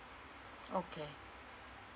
okay